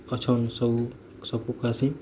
ଅଛନ୍ ସବୁ ସବୁ ପକାସି